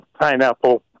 pineapple